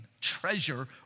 Treasure